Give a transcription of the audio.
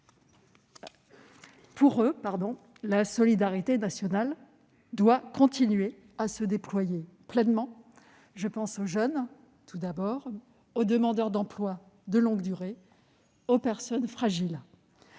Pour eux, la solidarité nationale doit continuer à se déployer pleinement. Je pense tout d'abord aux jeunes, mais aussi aux demandeurs d'emploi de longue durée et aux personnes fragiles.